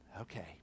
okay